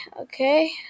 okay